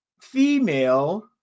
female